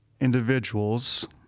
individuals